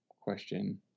question